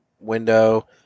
window